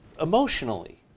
emotionally